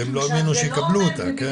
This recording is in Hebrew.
שהם לא האמינו שיקבלו אותה, כן?